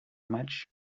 much